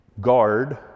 guard